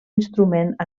instrument